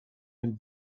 him